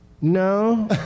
No